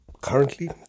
currently